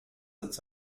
its